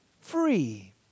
free